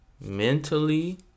mentally